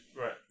Right